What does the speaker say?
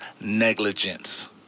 negligence